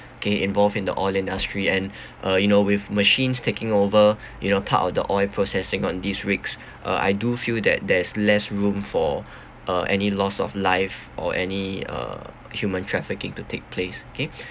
kay involved in the oil industry and uh you know with machines taking over you know part of the oil processing on these rigs uh I do feel that there's less room for uh any loss of life or any uh human trafficking to take place kay